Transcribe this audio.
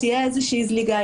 תהיה איזושהי זליגה,